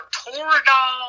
toradol